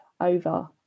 over